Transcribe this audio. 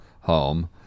home